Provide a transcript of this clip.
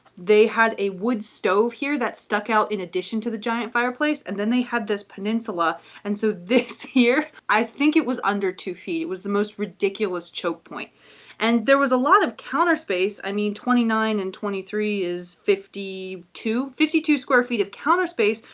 they had a wood stove here that stuck out in addition to the giant fireplace and then they had this peninsula and so this here, i think it was under two feet. it was the most ridiculous choke point and there was a lot of counter space. i mean twenty nine and twenty three is fifty two, fifty two square feet of counter space,